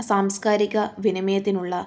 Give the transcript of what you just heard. സാംസ്കാരിക വിനിമയത്തിനുള്ള